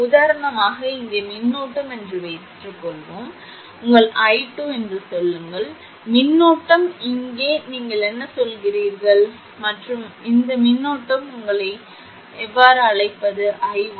உதாரணமாக இங்கே மின்னோட்டம் என்று வைத்துக்கொள்வோம் உங்கள் i2 என்று சொல்லுங்கள் மின்னோட்டம் இங்கே நீங்கள் இங்கே சொல்கிறீர்கள் i1 ′ மற்றும் இந்த மின்னோட்டம் உங்களை நீங்கள் அழைப்பது i1